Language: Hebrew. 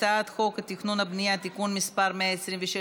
הצעת חוק התכנון והבנייה (תיקון מס' 126),